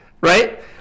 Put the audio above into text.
right